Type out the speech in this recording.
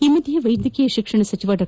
ಈ ಮಧ್ಯೆ ವೈದ್ಯಕೀಯ ಶಿಕ್ಷಣ ಸಚಿವ ಡಾ